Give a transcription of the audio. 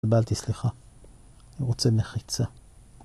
קיבלתי סליחה, אני רוצה מחיצה